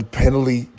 penalty